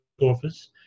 office